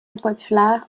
impopulaires